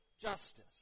justice